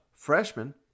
freshman